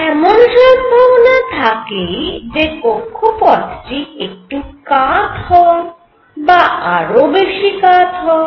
এমন সম্ভাবনা থাকেই যে কক্ষপথটি একটু কাত হওয়া বা আরও বেশী কাত হওয়া